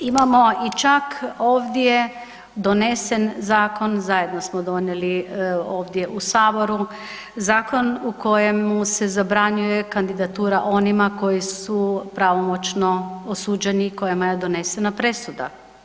Imamo čak i ovdje donesen zakon, zajedno smo donijeli ovdje u Saboru zakon u kojemu se zabranjuje kandidatura onima koji su pravomoćno osuđeni i kojima je donesena presuda.